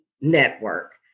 network